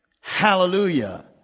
Hallelujah